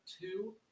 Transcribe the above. two